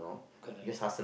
correct